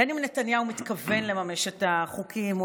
בין שנתניהו מתכוון לממש את החוקים או